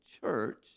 church